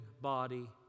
body